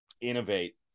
innovate